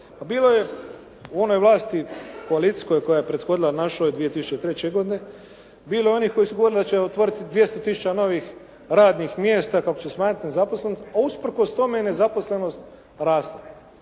bilo je u onoj vlasti koalicijskoj koja je prethodila našoj 2003. godine, bilo je onih koji su govorili da će otvoriti 200 tisuća novih radnih mjesta, kako će smanjiti nezaposlenost, a usprkos tome je nezaposlenost rasla.